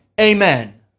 Amen